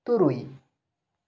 ᱛᱩᱨᱩᱭ